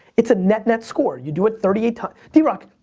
it's a net net score. you do it thirty eight times, drock,